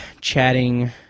chatting